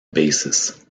basis